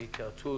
בהתייעצות,